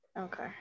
Okay